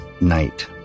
night